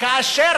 כאשר